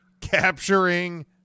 capturing